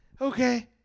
Okay